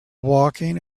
walking